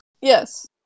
Yes